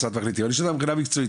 אני שואל אותך מבחינה מקצועית,